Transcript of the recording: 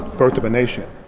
birth of a nation.